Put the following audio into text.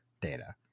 data